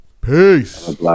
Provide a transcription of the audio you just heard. Peace